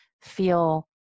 feel